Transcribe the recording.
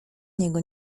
niego